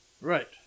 Right